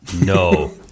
No